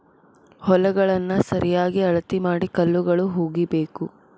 ಹೊಲಗಳನ್ನಾ ಸರಿಯಾಗಿ ಅಳತಿ ಮಾಡಿ ಕಲ್ಲುಗಳು ಹುಗಿಬೇಕು